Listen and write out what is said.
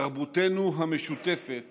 תרבותנו המשותפת